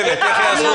איך יעזבו?